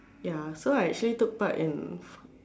ya so I actually took part in